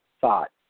thought